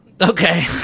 Okay